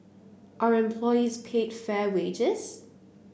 are employees paid fair wages